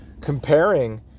comparing